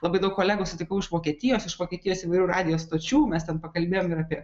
labai daug kolegų sutikau iš vokietijos iš vokietijos įvairių radijo stočių mes ten pakalbėjom ir apie